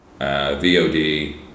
VOD